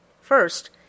First